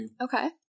Okay